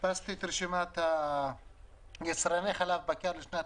הדפסתי את רשימת יצרני החלב והבקר לשנת